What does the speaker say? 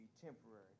temporary